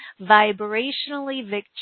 vibrationally